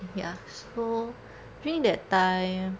ya so during that time